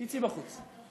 תצאי בחוץ.